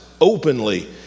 openly